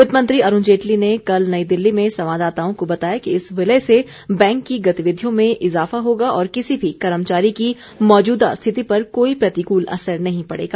वित्तमंत्री अरूण जेटली ने कल नई दिल्ली में संवाददाताओं को बताया कि इस विलय से बैंक की गतिविधियों में इजाफा होगा और किसी भी कर्मचारी की मौजूदा स्थिति पर कोई प्रतिकूल असर नहीं पड़ेगा